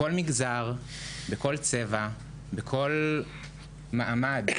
בכל מגזר, בכל צבע, בכל מעמד.